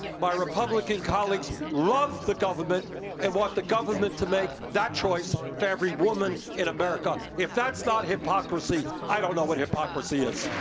my republican colleagues love the government and want the government to make that choice for every woman in america. if that's not hypocrisy, i don't know what hypocrisy is.